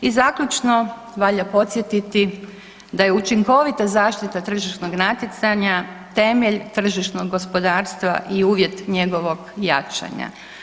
I zaključno, valja podsjetiti da je učinkovita zaštita tržišnog natjecanja temelj tržišnog gospodarstva i uvjet njegovog jačanja.